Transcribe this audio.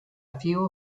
few